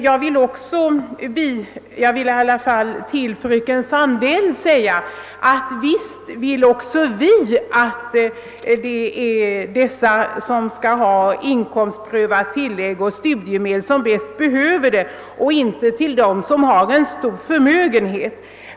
Jag vill sedan säga till fröken Sandell att även vi önskar att inkomstprövade tillägg och studiemedel skall gå till de människor, som bäst behöver dem, inte till personer med stor förmögenhet.